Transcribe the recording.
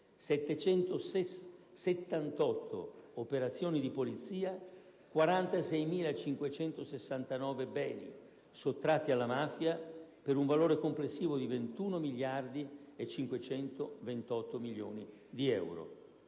778 operazioni di polizia; 46.569 beni sottratti alla mafia, per un valore complessivo di 21 miliardi e 528 milioni di euro.